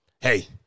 hey